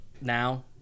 now